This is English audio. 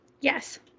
Yes